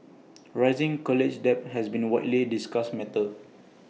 rising college debt has been A widely discussed matter